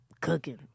cooking